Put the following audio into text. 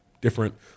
Different